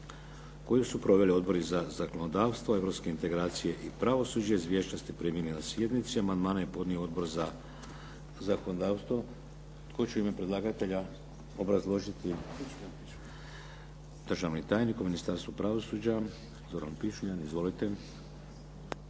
koju su proveli odbori za zakonodavstvo, europske integracije i pravosuđe. Izvješća ste primili na sjednici. Amandmane je podnio Odbor za zakonodavstvo. Tko će u ime predlagatelja obrazložiti? Državni tajnik u Ministarstvu pravosuđa, Zoran Pičuljan. Izvolite.